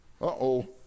uh-oh